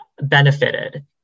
benefited